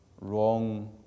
Wrong